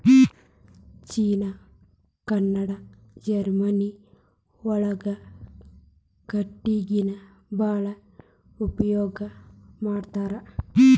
ಚೇನಾ Canada Germany ಒಳಗ ಕಟಗಿನ ಬಾಳ ಉಪಯೋಗಾ ಮಾಡತಾರ